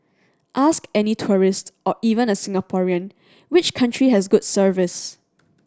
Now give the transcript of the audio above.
ask any tourist or even a Singaporean which country has good service